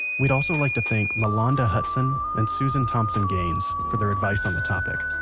we'd also like to thank malonda hutson and susan thompson-gaines for their advice on the topic